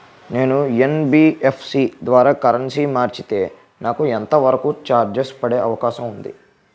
నేను యన్.బి.ఎఫ్.సి ద్వారా కరెన్సీ మార్చితే నాకు ఎంత వరకు చార్జెస్ పడే అవకాశం ఉంది?